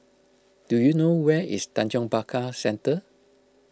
do you know where is Tanjong Pagar Centre